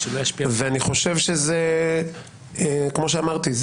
כמו שאמרתי,